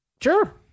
Sure